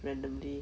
randomly